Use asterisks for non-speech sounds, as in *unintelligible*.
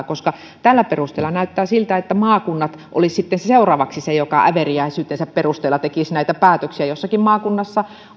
*unintelligible* koska tällä perusteella näyttää siltä että sitten seuraavaksi maakunnat äveriäisyytensä perusteella tekisivät näitä päätöksiä jossakin maakunnassa